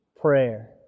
prayer